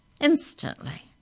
Instantly